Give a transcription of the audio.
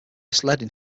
sledding